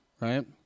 Right